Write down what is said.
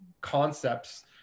concepts